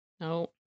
no